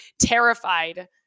terrified